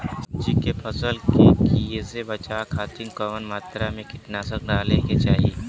सब्जी के फसल के कियेसे बचाव खातिन कवन मात्रा में कीटनाशक डाले के चाही?